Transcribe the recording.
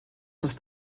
ist